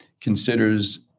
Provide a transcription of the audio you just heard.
considers